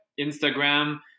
Instagram